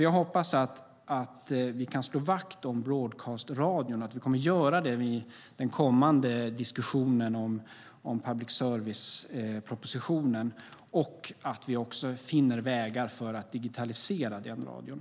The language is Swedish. Jag hoppas därför att vi kan slå vakt om broadcast-radion och att vi kommer att göra det i den kommande diskussionen om public service-propositionen och att vi också finner vägar för att digitalisera den radion.